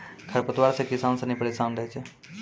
खरपतवार से किसान सनी परेशान रहै छै